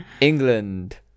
England